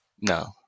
No